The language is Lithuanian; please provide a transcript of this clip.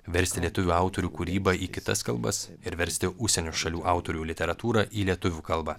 versti lietuvių autorių kūrybą į kitas kalbas ir versti užsienio šalių autorių literatūrą į lietuvių kalbą